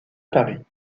paris